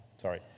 Sorry